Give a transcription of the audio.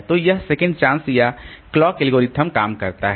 तो यह second chance या घड़ी एल्गोरिदम काम करता है